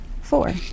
four